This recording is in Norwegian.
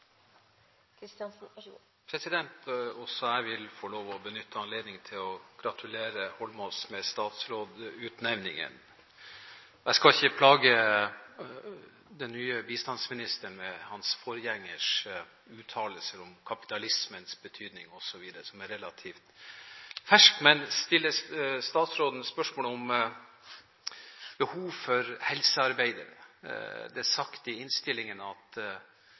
jeg vil få lov å benytte anledningen til å gratulere Holmås med utnevningen som statsråd. Jeg skal ikke plage den nye bistandsministeren, som er relativt fersk, med hans forgjengers uttalelser om kapitalismens betydning osv., men stille statsråden spørsmål om behov for helsearbeidere. Det er sagt i innstillingen at